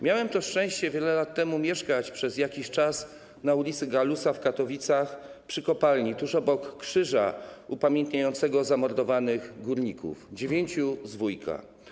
Miałem to szczęście wiele lat temu mieszkać przez jakiś czas na ul. Gallusa w Katowicach, przy kopalni, tuż obok krzyża upamiętniającego zamordowanych górników, dziewięciu z Wujka.